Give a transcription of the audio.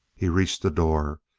he reached the door,